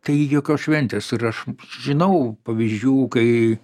tai jokios šventės ir aš žinau pavyzdžių kai